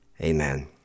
Amen